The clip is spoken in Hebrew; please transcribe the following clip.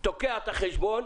תוקע את החשבון.